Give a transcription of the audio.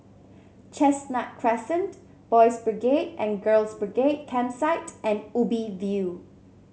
Chestnut Crescent Boys' Brigade and Girls' Brigade Campsite and Ubi View